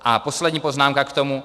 A poslední poznámka k tomu.